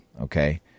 okay